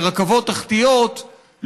לרכבות תחתיות,